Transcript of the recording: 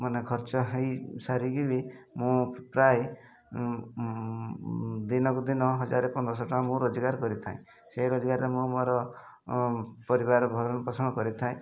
ମାନେ ଖର୍ଚ୍ଚ ହେଇ ସାରିକି ବି ମୁଁ ପ୍ରାୟ ଦିନକୁ ଦିନ ହଜାର ପନ୍ଦରଶହ ଟଙ୍କା ମୁଁ ରୋଜଗାର କରିଥାଏ ସେହି ରୋଜଗାରରେ ମୁଁ ମୋର ପରିବାର ଭରଣ ପୋଷଣ କରିଥାଏ